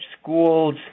schools